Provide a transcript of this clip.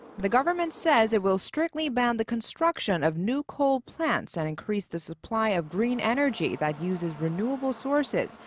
the government says it will strictly ban the construction of new coal plants and increase the supply of green energy that uses renewable sources,